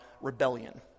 rebellion